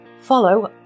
follow